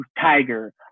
tiger